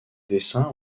dessins